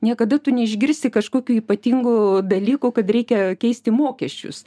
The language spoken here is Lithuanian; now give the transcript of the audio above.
niekada tu neišgirsi kažkokių ypatingų dalykų kad reikia keisti mokesčius